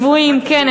כן,